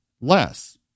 less